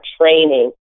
training